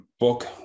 book